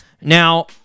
Now